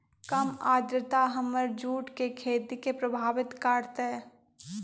कम आद्रता हमर जुट के खेती के प्रभावित कारतै?